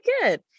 good